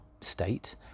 state